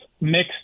mixed